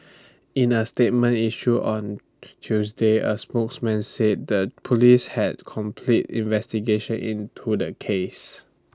in A statement issued on Tuesday A spokesman said the Police had completed investigations into the case